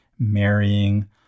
marrying